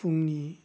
फुंनि